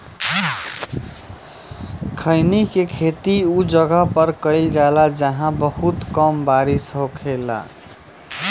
खईनी के खेती उ जगह पर कईल जाला जाहां बहुत कम बारिश होखेला